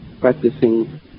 practicing